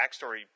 backstory